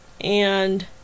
And